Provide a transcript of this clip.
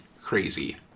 crazy